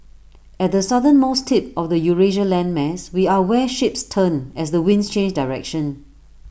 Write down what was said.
at the southernmost tip of the Eurasia landmass we are where ships turn as the winds change direction